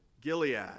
Gilead